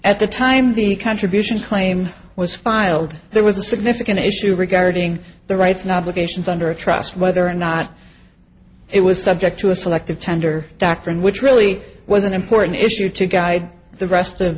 at the time the contribution claim was filed there was a significant issue regarding the rights and obligations under a trust whether or not it was subject to a selective tender doctrine which really was an important issue to guide the rest of